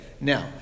now